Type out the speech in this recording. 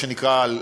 מה שנקרא,